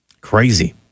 Crazy